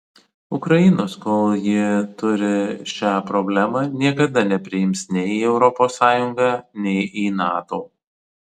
ukrainos kol ji turi šią problemą niekada nepriims nei į europos sąjungą nei į nato